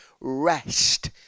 rest